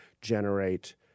generate